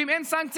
ואם אין סנקציה,